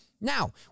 Now